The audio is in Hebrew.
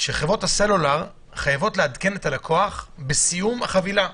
שחברות הסלולר חייבות לעדכן את הלקוח בסיום החבילה,